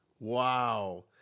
Wow